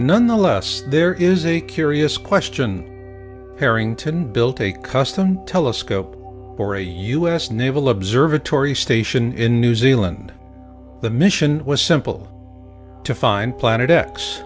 none the less there is a curious question harrington built a custom telescope or a u s naval observatory station in new zealand the mission was simple to find planet x